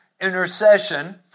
intercession